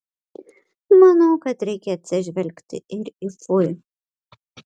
manau kad reikia atsižvelgti ir į fui